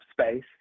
space